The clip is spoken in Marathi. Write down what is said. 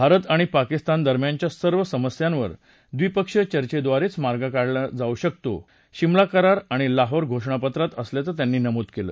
भारत आणि पाकिस्तानदरम्यानच्या सर्व समस्यांवर ड्रीपक्षीय चर्चेद्वारे मार्ग काढण्याची तरतूद शिमला करार आणि लाहोर घोषणापत्रात असल्याचं त्यांनी नमूद केलं